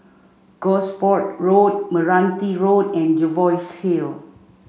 Gosport Road Meranti Road and Jervois Hill